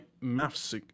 maths